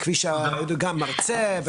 גם מרצה,